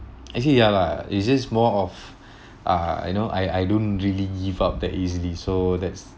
actually ya lah it's just more of uh I know I I don't really give up that easily so that's